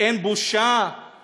אין בושה?